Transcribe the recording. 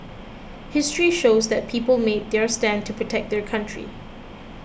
history shows that people made their stand to protect their country